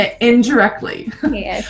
indirectly